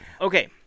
Okay